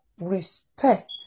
respect